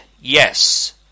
Yes